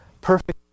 perfect